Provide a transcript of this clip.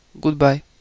Goodbye